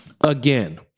again